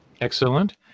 Excellent